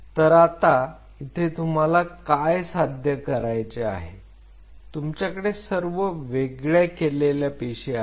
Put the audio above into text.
तर आता इथे तुम्हाला काय साध्य करायचे आहे तुमच्याकडे सर्व वेगळ्या केलेल्या पेशी आहेत